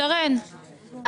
שרן,